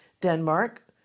Denmark